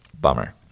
Bummer